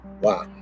Wow